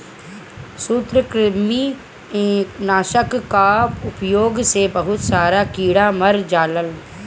सूत्रकृमि नाशक कअ उपयोग से बहुत सारा कीड़ा मर जालन